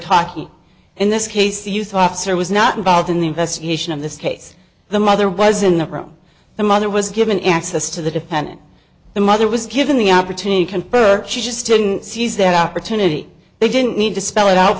talking in this case you thoughts are was not involved in the investigation of this case the mother was in the room the mother was given access to the defendant the mother was given the opportunity can purchase student sees that opportunity they didn't need to spell it out